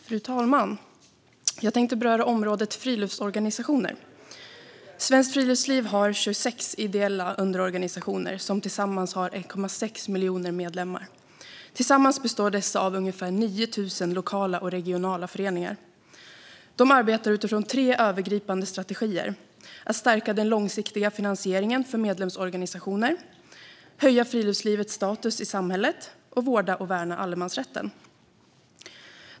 Fru talman! Jag tänkte beröra området friluftsorganisationer. Svenskt Friluftsliv har 26 ideella underorganisationer, som tillsammans har 1,6 miljoner medlemmar. Underorganisationerna består av ungefär 9 000 lokala och regionala föreningar. De arbetar utifrån tre övergripande strategier: att stärka den långsiktiga finansieringen för medlemsorganisationerna, att höja friluftslivets status i samhället och att vårda och värna allemansrätten.